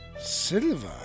Silver